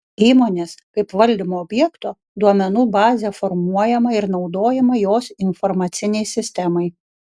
įmonės kaip valdymo objekto duomenų bazė formuojama ir naudojama jos informacinei sistemai